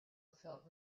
felt